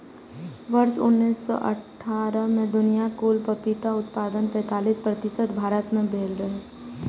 वर्ष उन्नैस सय अट्ठारह मे दुनियाक कुल पपीता उत्पादनक पैंतालीस प्रतिशत भारत मे भेल रहै